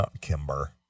Kimber